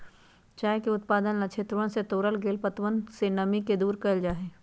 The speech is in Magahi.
चाय के उत्पादन ला क्षेत्रवन से तोड़ल गैल पत्तवन से नमी के दूर कइल जाहई